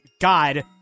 god